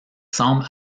semble